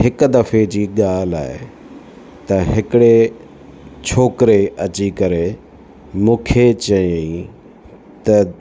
हिकु दफ़े जी ॻाल्हि आहे त हिकिड़े छोकिरे अची करे मूंखे चयईं त